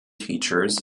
teachers